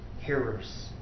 hearers